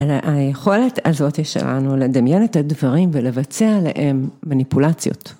היכולת הזאת שלנו לדמיין את הדברים ולבצע עליהם מניפולציות.